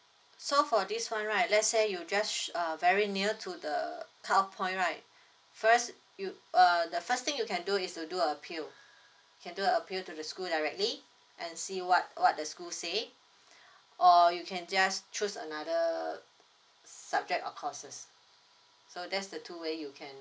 so for this [one] right let's say you just sh~ uh very near to the cut off point right first you uh the first thing you can do is to do an appeal can do an appeal to the school directly and see what what the school say or you can just choose another subject or courses so there's the two way you can